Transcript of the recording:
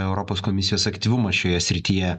europos komisijos aktyvumas šioje srityje